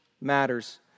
matters